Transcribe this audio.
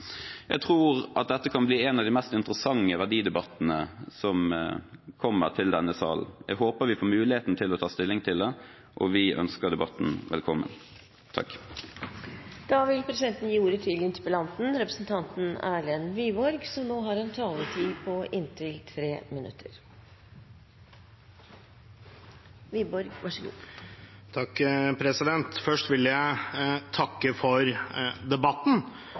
Jeg tror at dette kan bli en av de mest interessante verdidebattene som kommer til denne salen. Jeg håper vi får muligheten til å ta stilling til den, og vi ønsker debatten velkommen. Først vil jeg takke for debatten. Dessverre ser vi at resultatet av debatten er at de andre partiene ikke har